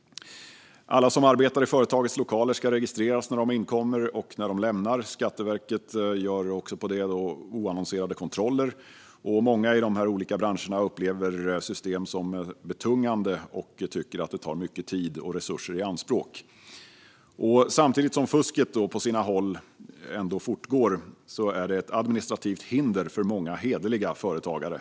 Alla som arbetar i företagets lokaler ska registreras när de inkommer och när de går. Skatteverket gör på detta oannonserade kontroller. Många i de här olika branscherna upplever systemet som betungande och tycker att det tar mycket tid och resurser i anspråk. Samtidigt som fusket på sina håll ändå fortgår är det ett administrativt hinder för många hederliga företagare.